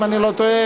אם אני לא טועה,